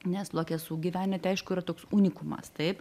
nes luokesų gyvenvietė aišku yra toks unikumas taip